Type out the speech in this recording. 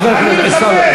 חבר הכנסת עיסאווי.